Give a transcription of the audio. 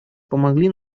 помогли